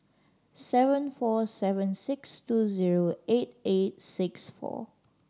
seven four seven six two zero eight eight six four